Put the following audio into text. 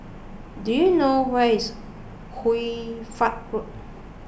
do you know where is Hoy Fatt Road